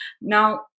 Now